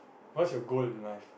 what's your goal in life